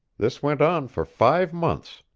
this went on for five months.